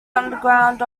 underground